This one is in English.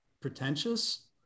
pretentious